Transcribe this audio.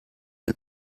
den